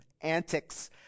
antics